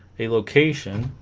a location